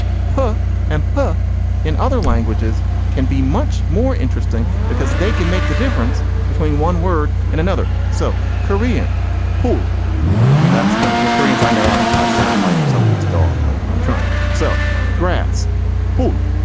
push and pull in other languages can be much more interesting because they can make the difference between one word and another. so korean pool that's not for koreans i know i sound like somebodies dog but i'm trying so grass poop.